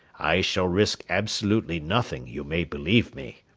i shall risk absolutely nothing, you may believe me.